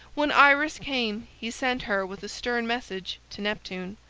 when iris came he sent her with a stern message to neptune,